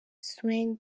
sung